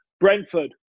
Brentford